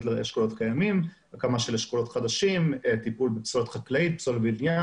לאשכולות קיימים והקמה של אשכולות חדשים; טיפול בפסולת חקלאית ופסולת בניין